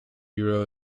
euro